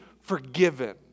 forgiven